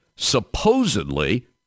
supposedly